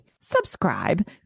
Subscribe